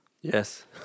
Yes